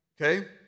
Okay